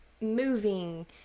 moving